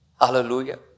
Hallelujah